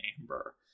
Amber